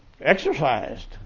exercised